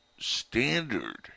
standard